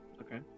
Okay